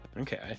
Okay